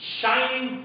shining